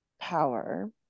power